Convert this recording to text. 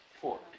Four